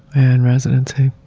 and residency.